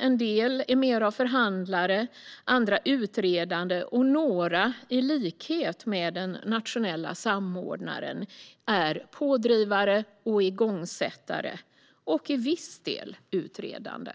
En del är mer av förhandlare, andra utredande och några är i likhet med den nationella samordnaren pådrivare, igångsättare och till viss del utredande.